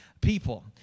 people